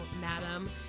madam